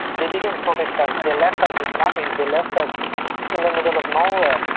they didn't protect us, they left us with nothing, they left us in the middle of nowhere.